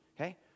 okay